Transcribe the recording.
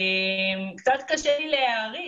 קצת קשה לי להעריך.